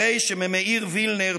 הרי שממאיר וילנר,